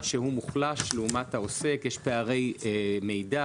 שהוא מוחלש לעומת העוסק יש פערי מידע,